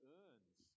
earns